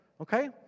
Okay